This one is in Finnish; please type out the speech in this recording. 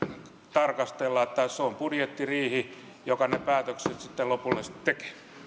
tarkastellaan se on budjettiriihi joka ne päätökset sitten lopullisesti